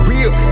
Real